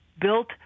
built